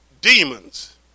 demons